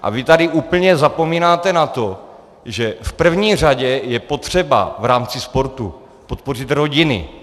A vy tady úplně zapomínáte na to, že v první řadě je potřeba v rámci sportu podpořit rodiny.